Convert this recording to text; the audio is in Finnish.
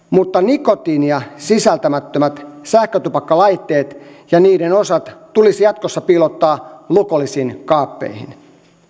mutta nikotiinia sisältämättömät sähkötupakkalaitteet ja niiden osat tulisi jatkossa piilottaa lukollisiin kaappeihin